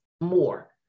more